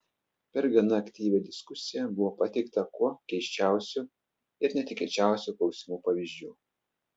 per gana aktyvią diskusiją buvo pateikta kuo keisčiausių ir netikėčiausių klausimų pavyzdžių